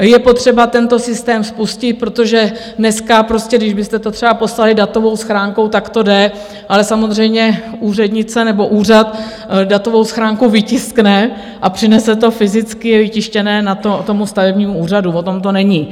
Je potřeba tento systém spustit, protože dneska kdybyste to třeba poslali datovou schránkou, tak to jde, ale samozřejmě úřednice nebo úřad datovou schránku vytiskne a přinese to fyzicky vytištěné stavebnímu úřadu o tom to není.